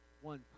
one